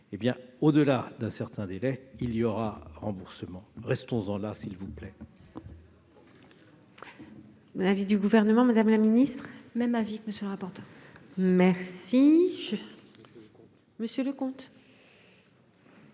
au-delà d'un certain délai, il sera remboursé. Restons-en là, s'il vous plaît.